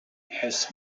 has